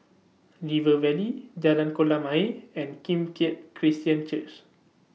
River Valley Jalan Kolam Ayer and Kim Keat Christian Church